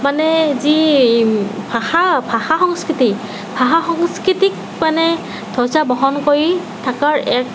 মানে এই যি ভাষা ভাষা সংস্কৃতি ভাষা সংস্কৃতিক মানে ধ্বজা বহন কৰি থকাৰ এক